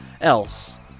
else